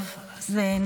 טוב, אז נתקן.